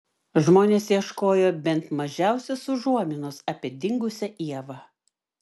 žmonės ieškojo bent mažiausios užuominos apie dingusią ievą